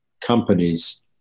Companies